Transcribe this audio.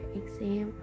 exam